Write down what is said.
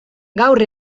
gaur